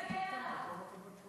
הוא שולח את צחי להגן עליו.